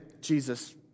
Jesus